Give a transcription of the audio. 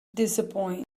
disappoint